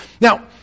Now